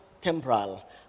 temporal